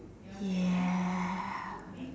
ya